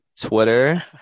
twitter